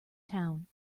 town